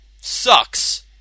sucks